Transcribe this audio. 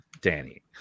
danny